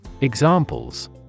Examples